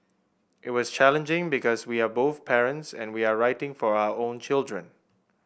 it was challenging because we are both parents and we are writing for our own children